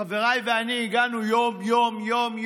חבריי ואני הגענו אליהם יום-יום,